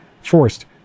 forced